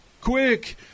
Quick